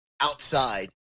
outside